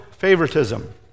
Favoritism